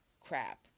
crap